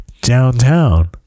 downtown